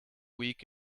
week